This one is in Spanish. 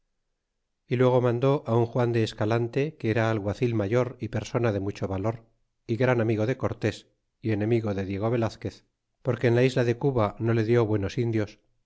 y luego mandó un juan de escalante que era alguacil mayor y persona de mucho valor y gran amigo de cortés y enemigo de diego velazquez porque en la isla de cuba no le die buenos indios